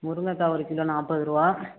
முருங்கக்காய் ஒரு கிலோ நாற்பதுரூவா